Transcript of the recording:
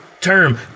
term